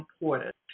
important